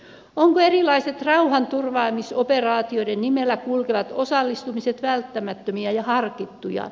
ovatko erilaiset rauhanturvaamisoperaatioiden nimellä kulkevat osallistumiset välttämättömiä ja harkittuja